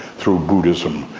through buddhism,